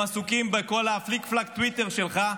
הם עסוקים בכל הפליק-פלאק טוויטר שלך,